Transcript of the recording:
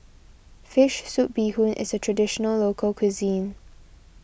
Fish Soup Bee Hoon is a Traditional Local Cuisine